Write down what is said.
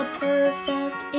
perfect